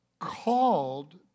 called